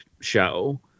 show